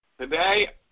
Today